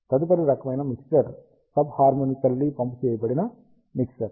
తదుపరి రకమైన mixer sub harmonically pump చేయబడిన మిక్సర్